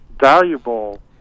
valuable